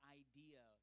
idea